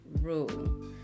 rule